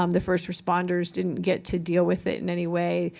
um the first responders didn't get to deal with it in any way.